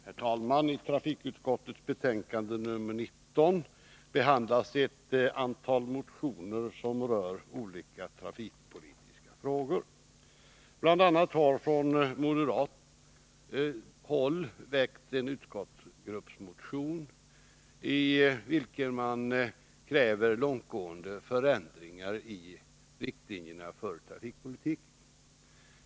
Herr talman! I trafikutskottets betänkande nr 19 behandlas ett antal motioner som rör olika trafikpolitiska frågor. Bl. a. har från moderat håll väckts en utskottsgruppsmotion, i vilken man kräver långtgående förändringar i riktlinjerna för trafikpolitiken.